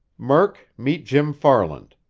murk, meet jim farland.